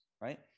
right